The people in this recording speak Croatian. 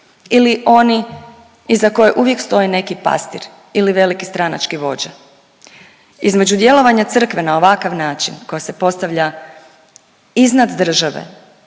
ili oni iza kojih uvijek stoji neki pastir ili veliki stranački vođa? Između djelovanja crkve na ovakav način koja se postavlja iznad države